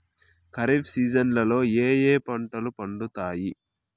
ఖరీఫ్ సీజన్లలో ఏ ఏ పంటలు పండుతాయి